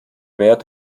wert